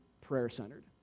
prayer-centered